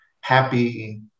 happy